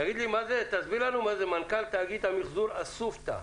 תסביר לנו מה זה מנכ"ל תאגיד המיחזור אסופתא.